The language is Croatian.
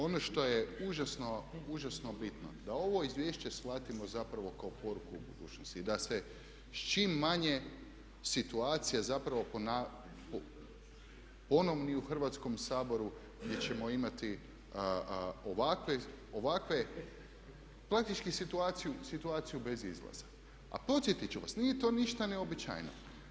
Ono što je užasno bitno, da ovo izvješće shvatimo zapravo kao poruku u budućnosti, da se s čim manje situacija zapravo ponovi u Hrvatskom saboru gdje ćemo imati ovakve, praktički situaciju bez izlaza, a podsjetit ću vas nije to ništa neuobičajeno.